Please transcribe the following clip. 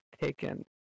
taken